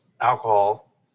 alcohol